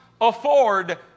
afford